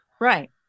Right